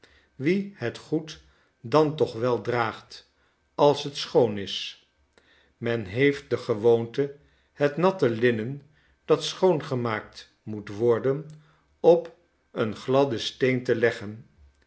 wie het goed dan toch wel draagt als het schoon is men heeft de gewoonte het natte linnen dat schoongemaakt moet worden op een gladden steen te leggen